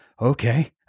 Okay